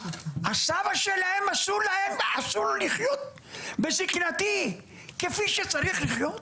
אז לסבא שלהם אסור לו לחיות בזקנתי כפי שצריך לחיות?